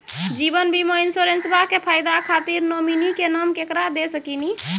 जीवन बीमा इंश्योरेंसबा के फायदा खातिर नोमिनी के नाम केकरा दे सकिनी?